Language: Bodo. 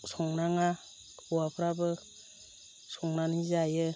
संनाङा हौवाफ्राबो संनानै जायो